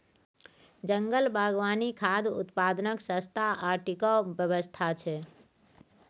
जंगल बागवानी खाद्य उत्पादनक सस्ता आ टिकाऊ व्यवस्था छै